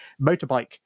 motorbike